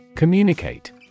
Communicate